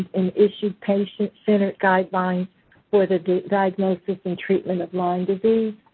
and issued patient center guidelines for the diagnosis and treatment of lyme disease.